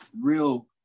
real